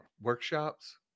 workshops